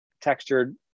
textured